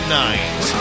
night